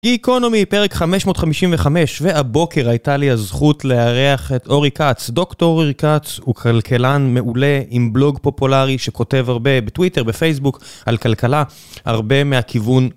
גיקונומי, פרק 555, והבוקר הייתה לי הזכות להיארח את אורי כץ. דוקטור אורי כץ הוא כלכלן מעולה עם בלוג פופולרי שכותב הרבה בטוויטר, בפייסבוק, על כלכלה, הרבה מהכיוון...